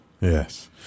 yes